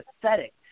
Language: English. pathetic